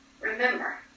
remember